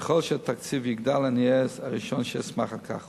ככל שהתקציב יגדל, אני אהיה הראשון שאשמח על כך.